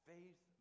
Faith